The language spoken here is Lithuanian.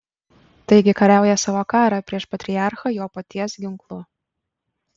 taigi kariauja savo karą prieš patriarchą jo paties ginklu